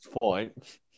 point